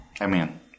Amen